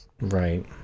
Right